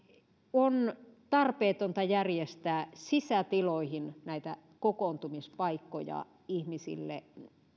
on tarpeetonta järjestää sisätiloihin näitä kokoontumispaikkoja ihmisille